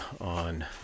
on